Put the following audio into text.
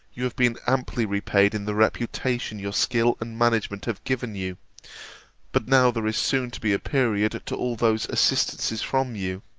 you have been amply repaid in the reputation your skill and management have given you but now there is soon to be a period to all those assistances from you.